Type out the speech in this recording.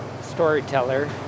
storyteller